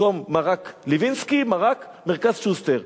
במקום "מרק לוינסקי", "מרק מרכז-שוסטר".